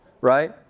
Right